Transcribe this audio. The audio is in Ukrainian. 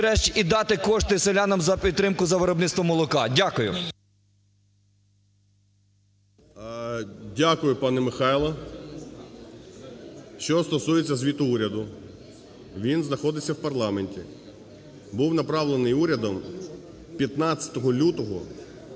Дякую, пане Михайло. Що стосується звіту уряду. Він знаходиться в парламенті. Був направлений урядом 15 лютого